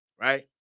right